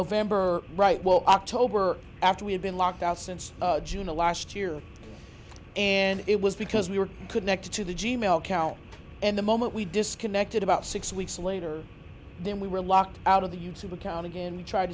november right well october after we had been locked out since june of last year and it was because we were connected to the g mail account and the moment we disconnected about six weeks later then we were locked out of the use of accounting and we tried